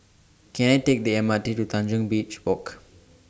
Can I Take The M R T to Tanjong Beach Walk